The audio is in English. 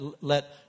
let